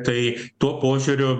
tai tuo požiūriu